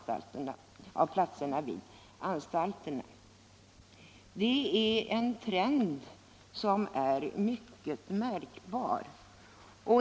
Tendensen är mycket märkbar.